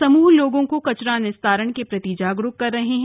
समूह लोगों को कचरा निस्तारण के प्रति जागरूक कर रहे हैं